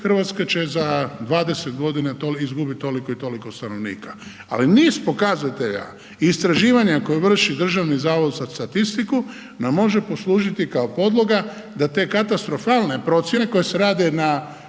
RH će za 20.g. izgubiti toliko i toliko stanovnika. Ali niz pokazatelja i istraživanja koja vrši Državni zavod za statistiku nam može poslužiti kao podloga da te katastrofalne procijene koje se rade na,